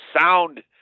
sound